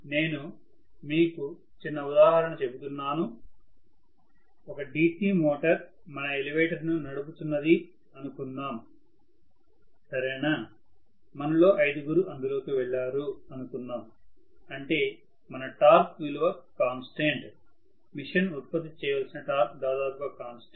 నేను మీకు చిన్న ఉదాహరణ చెబుతున్నాను ఒక DC మోటార్ మన ఎలివేటర్ ను నడుపుతున్న అనుకుందాం సరేనా మనలో ఐదుగురు అందులోకి వెళ్లారు అనుకుందాం అంటే మన టార్క్ విలువ కాన్స్టెంట్ మిషన్ ఉత్పత్తి చేయవలసిన టార్క్ దాదాపుగా కాన్స్టెంట్